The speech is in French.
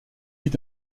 est